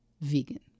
vegan